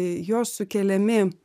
jo sukeliami